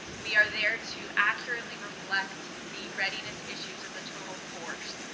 we are there to accurately reflect the readiness issues of the total force.